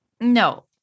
No